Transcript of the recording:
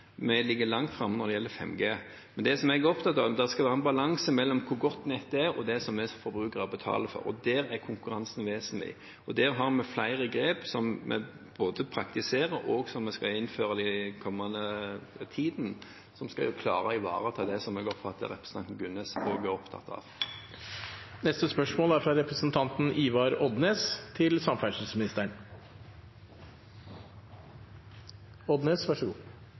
jeg er opptatt av, er at det skal være en balanse mellom hvor godt nettet er, og det vi som forbrukere betaler for, og der er konkurransen vesentlig. Der har vi flere grep, både som vi praktiserer, og som vi skal innføre den kommende tiden, og vi skal klare å ivareta det jeg oppfatter at representanten Gunnes er veldig opptatt av. Eg kunne eigentleg tenkt meg nokre tilleggsspørsmål til føregåande spørsmål, men eg skal halda meg til